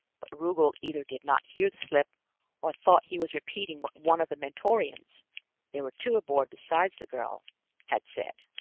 but rugel either did not hear the slip or thought he was repeating what one of the mentorians there were two aboard besides the girl had said.